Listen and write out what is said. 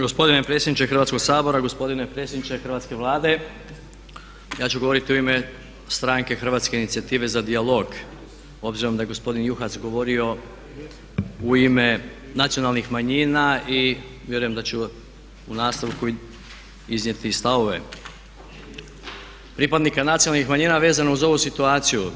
Gospodine predsjedniče Hrvatskog sabora, gospodine predsjedniče Hrvatske vlade ja ću govoriti u ime stranke Hrvatske inicijative za dijalog obzirom da je gospodin Juhas govorio u ime nacionalnih manjina i vjerujem da ću u nastavku iznijeti stavove pripadnika nacionalnih manjina vezano uz ovu situaciju.